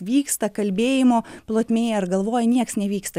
vyksta kalbėjimo plotmėj ar galvoj nieks nevyksta